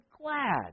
glad